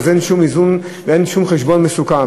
אז אין שום איזון ואין שום חשבון מסוכן,